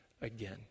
again